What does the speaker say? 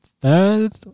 third